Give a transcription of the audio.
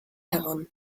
heran